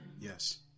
Yes